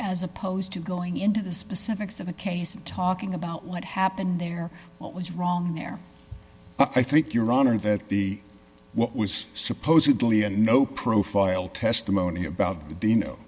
as opposed to going into the specifics of a case of talking about what happened there what was wrong there i think your honor that the what was supposedly a no profile testimony about